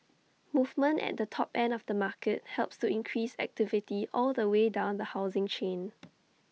movement at the top end of the market helps to increase activity all the way down the housing chain